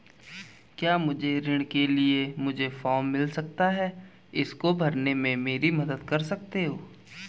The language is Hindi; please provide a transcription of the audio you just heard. क्या मुझे ऋण के लिए मुझे फार्म मिल सकता है इसको भरने में मेरी मदद कर सकते हो?